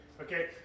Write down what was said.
Okay